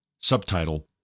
subtitle